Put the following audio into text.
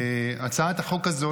הצעת החוק הזו,